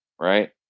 Right